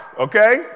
Okay